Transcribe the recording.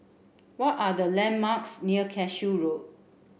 what are the landmarks near Cashew Road